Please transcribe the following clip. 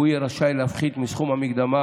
והוא יהיה רשאי להפחית מסכום המקדמה